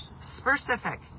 specific